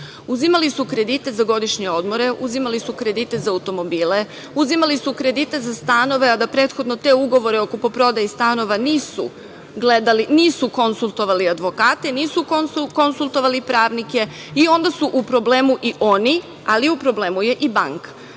Uzimali su kredite za godišnje odmore, uzimali su kredite za automobile, uzimali su kredite za stanove a da prethodno te ugovore o kupoprodaji stanova nisu gledali, nisu konsultovali advokate, nisu konsultovali pravnike i onda su u problemu i oni, ali u problemu je i banka. Sa